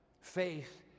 faith